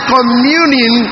Communion